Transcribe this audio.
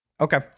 Okay